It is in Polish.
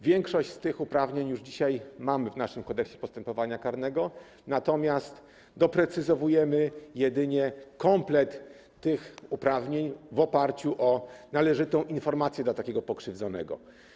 Większość tych uprawnień mamy już dzisiaj w naszym Kodeksie postępowania karnego, natomiast doprecyzowujemy jedynie komplet tych uprawnień, jeśli chodzi o należytą informację dla takiego pokrzywdzonego.